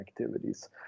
activities